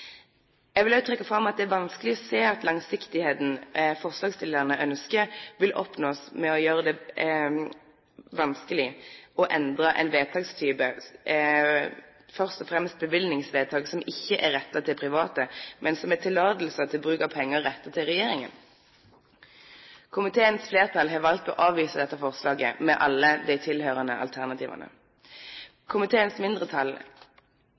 Jeg vil også trekke fram at det er vanskelig å se at den langsiktigheten forslagsstillerne ønsker, vil oppnås ved å gjøre det vanskelig å endre en vedtakstype, først og fremst bevilgningsvedtak som ikke er rettet til private, men som er tillatelser til bruk av penger rettet til regjeringen. Komiteens flertall har valgt å avvise dette forslaget, med alle de tilhørende alternativene. Komiteens mindretall,